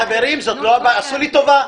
חברים, עשו לי טובה,